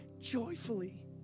joyfully